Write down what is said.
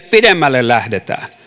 pidemmälle lähdetään